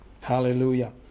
Hallelujah